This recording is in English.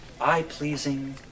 Eye-pleasing